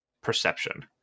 perception